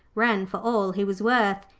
ran for all he was worth.